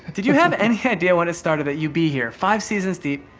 did you have any idea when it started that you'd be here five seasons deep,